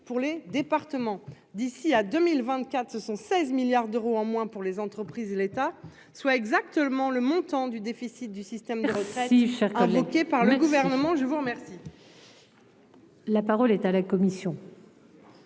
pour les départements d'ici à 2024 ce sont 16 milliards d'euros en moins pour les entreprises et l'État soit exactement le montant du déficit du système répressif, comme évoqué par le gouvernement. Je vous remercie.